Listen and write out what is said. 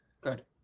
Good